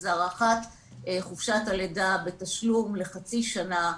אז הארכת חופשת הלידה בתשלום לחצי שנה,